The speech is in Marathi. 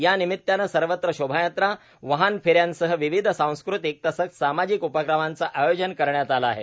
या निमित्तानं सर्वत्र शोभायात्रा वाहन फेऱ्यांसह विविध सांस्कृतिक तसंच सामाजिक उपक्रमांचं आयोजन करण्यात आलं आहे